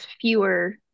fewer